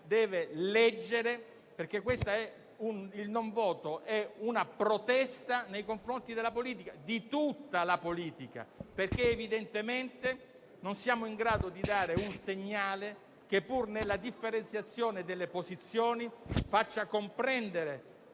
deve saper leggere. Il non voto è una protesta nei confronti della politica, di tutta la politica, perché evidentemente non siamo in grado di dare un segnale che, pur nella differenziazione delle posizioni, faccia comprendere